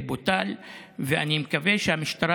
ומן הסתם,